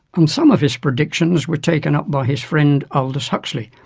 and some of his predictions were taken up by his friend, aldous huxley,